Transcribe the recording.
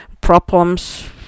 problems